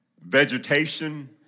vegetation